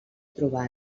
trobà